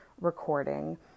recording